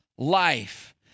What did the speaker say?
Life